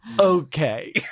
Okay